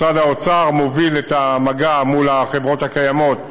משרד האוצר מוביל את המגע מול החברות הקיימות,